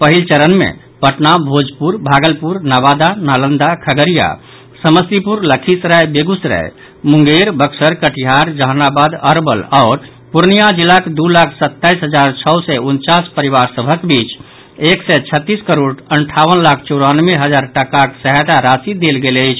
पहिल चरण मे पटना भोजपुर भागलपुर नवादा नालंदा खगड़िया समस्तीपुर लखीसराय बेगूसराय मुंगेर बक्सर कटिहार जहानाबाद अरवल आओर पूर्णिया जिलाक दू लाख सताईस हजार छओ सय उनचास परिवार सभक बीच एक सय छत्तीस करोड़ अट्ठावन लाख चौरानवे हजार टाकाक सहायता राशि देल गेल अछि